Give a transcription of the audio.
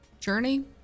journey